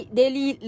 daily